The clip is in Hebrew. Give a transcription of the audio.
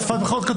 באסיפת בחירות זה